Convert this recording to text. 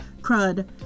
Crud